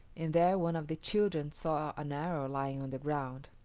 and there one of the children saw an arrow lying on the ground.